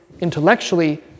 intellectually